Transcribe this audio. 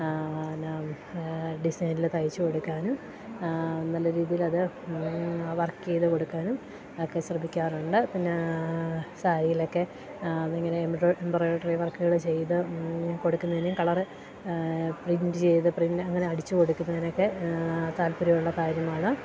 എന്നാ ഡിസൈനിൽ തയ്ച്ച് കൊടുക്കാനും നല്ല രീതിയിൽ അത് വർക്ക് ചെയ്ത് കൊടുക്കാനും ഒക്കെ ശ്രമിക്കാറുണ്ട് പിന്നെ സാരീലെക്കെ ഇങ്ങനെ എംറോ എംബ്രോയിഡറി വർക്കുകൾ ചെയ്ത് കൊടുക്കുന്നതിനും കളറ് പ്രിന്റ് ചെയ്ത് പ്രിൻ അങ്ങനെ അടിച്ചു കൊടുക്കുന്നതിന് ഒക്കെ താല്പര്യം ഉള്ള കാര്യമാണ്